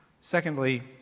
Secondly